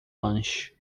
lanche